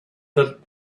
that